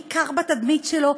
בעיקר בתדמית שלו,